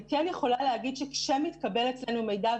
אני כן יכולה להגיד שכשמתקבל אצלנו מידע,